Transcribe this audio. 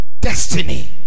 destiny